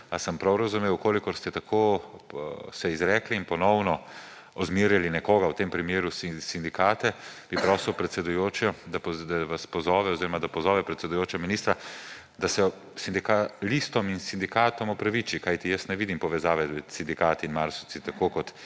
A sem prav razumel? V kolikor ste se tako izrekli in ponovno ozmerjali nekoga, v tem primeru sindikate, bi prosil predsedujočo, da vas pozove oziroma da pozove predsedujoča ministra, da se sindikalistom in sindikatom opraviči, kajti jaz ne vidim povezave s sindikati in marsovci, tako kot